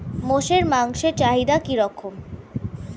মোষের মাংসের চাহিদা কি রকম?